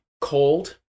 cold